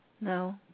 No